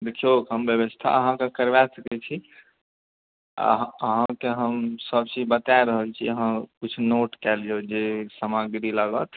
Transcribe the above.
देखिऔ हम व्यवस्था अहाँकेँ करबा सकै छी अहाँकेँ हम सबचीज बताए रहल छी अहाँ कुछ नोट कए लियौ जे सामग्री लागत